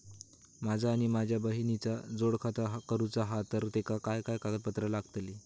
माझा आणि माझ्या बहिणीचा जोड खाता करूचा हा तर तेका काय काय कागदपत्र लागतली?